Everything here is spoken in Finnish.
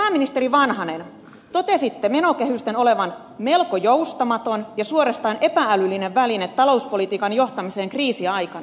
mutta pääministeri vanhanen totesitte menokehysten olevan melko joustamaton ja suorastaan epä älyllinen väline talouspolitiikan johtamiseen kriisiaikana